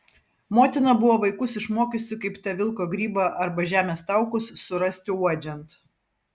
motina buvo vaikus išmokiusi kaip tą vilko grybą arba žemės taukus surasti uodžiant